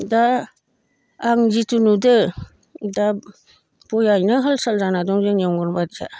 दा आं जिथु नुदों दा बेयायैनो हाल साल जाना दं जोंनि अंगनबादिया